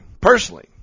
personally